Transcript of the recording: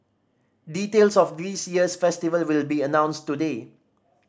details of this year's festival will be announced today